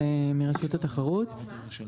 מרשות התחרות.